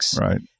Right